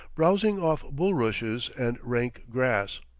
browsing off bulrushes and rank grass.